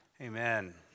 Amen